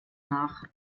nach